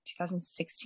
2016